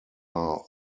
are